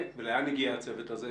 ולאן הגיע הצוות הזה?